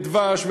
דבש,